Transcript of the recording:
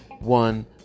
one